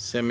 (Sp) I